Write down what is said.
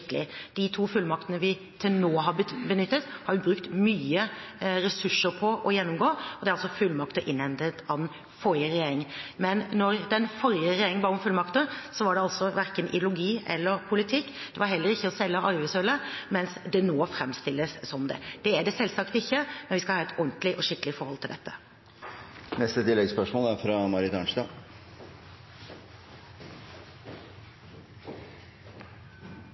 De to fullmaktene vi til nå har benyttet, har vi brukt mye ressurser på å gjennomgå. Det er fullmakter innhentet av den forrige regjering. Men da den forrige regjering ba om fullmakter, var det verken ideologi eller politikk, det var heller ikke å selge arvesølvet – mens det nå framstilles som det. Det er det selvsagt ikke, men vi skal ha et ordentlig og skikkelig forhold til dette. Marit Arnstad – til oppfølgingsspørsmål. Mitt oppfølgingsspørsmål går til landbruks- og matministeren. Statskog er